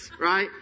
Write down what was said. right